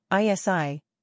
ISI